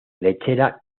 lechera